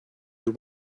your